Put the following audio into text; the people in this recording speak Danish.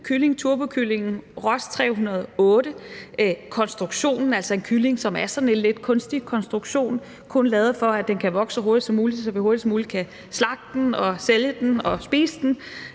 kylling, turbokyllingen Ross 308, en konstruktion – altså en kylling, som er sådan en lidt kunstig konstruktion – kun lavet, for at den kan vokse så hurtigt som muligt, så vi hurtigst muligt kan slagte den og sælge den og spise den